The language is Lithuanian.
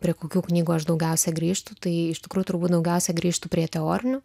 to prie kokių knygų aš daugiausia grįžtu tai iš tikrųjų turbūt daugiausia grįžtu prie teorinių